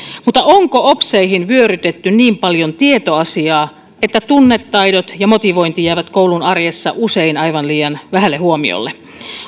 mutta onko opseihin vyörytetty niin paljon tietoasiaa että tunnetaidot ja motivointi jäävät koulun arjessa usein aivan liian vähälle huomiolle